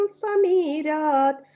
samirat